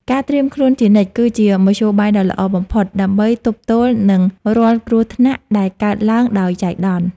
ការត្រៀមខ្លួនជានិច្ច គឺជាមធ្យោបាយដ៏ល្អបំផុតដើម្បីទប់ទល់នឹងរាល់គ្រោះថ្នាក់ដែលកើតឡើងដោយចៃដន្យ។